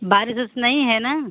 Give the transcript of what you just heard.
बारिश ओरिश नहीं है ना